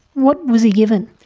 what was he given?